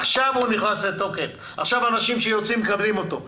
עכשיו אנשים שיוצאים מקבלים אותו.